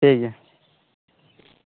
ᱴᱷᱤᱠ ᱜᱮᱭᱟ